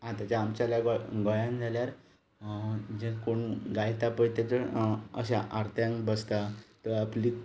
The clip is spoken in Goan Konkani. आतांचें आमचें गोंयान जाल्यार जे कोण गायता पळय ते जर अशें आरत्यांक बसता तो आपली